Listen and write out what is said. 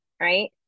right